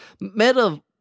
meta